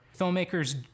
filmmakers